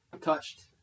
touched